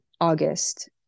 August